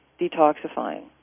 detoxifying